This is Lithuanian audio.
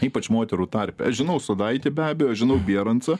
ypač moterų tarpe aš žinau sudaitį be abejo žinau bierancą